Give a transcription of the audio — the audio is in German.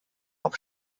auf